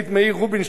יוסף אברהמי,